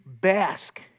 bask